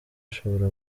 ashobora